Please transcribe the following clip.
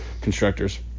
constructors